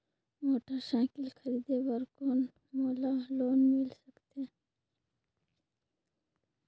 Motorcycle खरीदे बर कौन मोला लोन मिल सकथे?